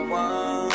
one